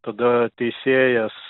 tada teisėjas